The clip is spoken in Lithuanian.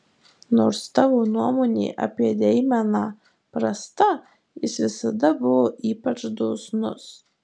nors tavo nuomonė apie deimeną prasta jis visada buvo ypač dosnus